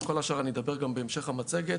על כל השאר אני אדבר גם בהמשך המצגת.